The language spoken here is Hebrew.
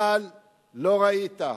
אבל לא ראית.